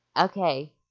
Okay